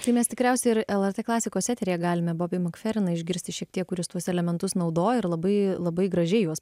tai mes tikriausiai ir lrt klasikos eteryje galime bobį makferiną išgirsti šiek tiek kuris tuos elementus naudoja ir labai labai gražiai juos